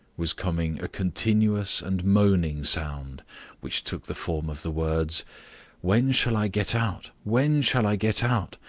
was coming a continuous and moaning sound which took the form of the words when shall i get out? when shall i get out?